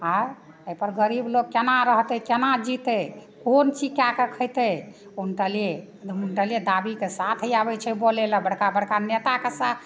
आँय एहिपर गरीब लोक केना रहतै केना जीतै कोन चीज कए कऽ खैतै उनटले उनटले दाबीके साथ आबै छै बोलेलए बड़का बड़का नेताके साथ